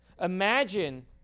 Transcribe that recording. Imagine